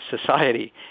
society